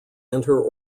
enter